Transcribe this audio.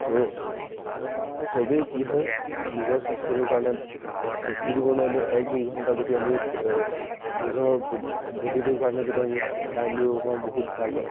চ' চবেই কি হয় নিজৰ স্বাস্থ্যটোৰ কাৰণে বেছি দিব নোৱাৰিলেও এক দুই ঘণ্টা যদি আমি নিজৰ বডি বডিটোৰ কাৰণে যদি আমি টাইম দিব পাৰোঁ বহুত ভাল হয়